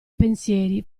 pensieri